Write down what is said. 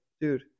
dude